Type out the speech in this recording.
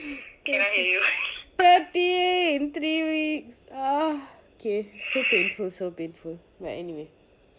thirty in three weeks ah okay so painful so painful but anyway